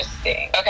Okay